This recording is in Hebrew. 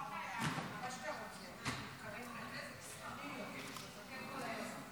לא חייב, מה שאתה רוצה.